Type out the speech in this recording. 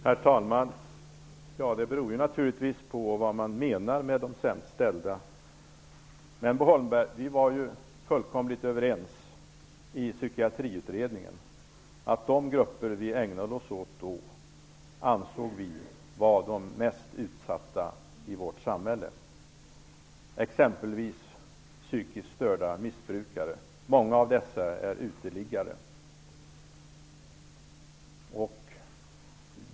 Herr talman! Detta beror naturligtvis på vad man menar med de sämst ställda. Vi var fullständigt överens i Psykiatriutredningen, Bo Holmberg, om att de grupper som vi då ägnade oss åt var de mest utsatta i vårt samhälle. Det var exempelvis psykiskt störda missbrukare, och många av dem är uteliggare.